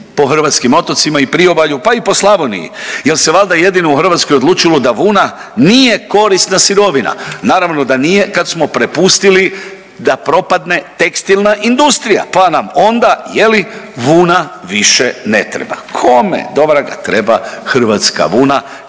po hrvatskim otocima i priobalju, pa i po Slavoniji jer se valjda jedino u Hrvatskoj odlučilo da vuna nije korisna sirovina. Naravno da nije kad smo prepustili da propade tekstilna industrija koja nam onda je li vuna više ne treba. Kome dovraga treba hrvatska vuna